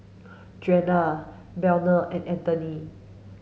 Juana Burnell and Anthony